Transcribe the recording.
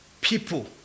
people